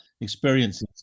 experiences